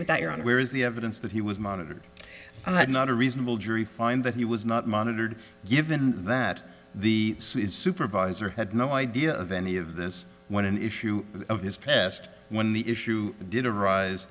with you on where is the evidence that he was monitored and that not a reasonable jury find that he was not monitored given that the supervisor had no idea of any of this when an issue of his past when the issue did arise